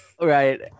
Right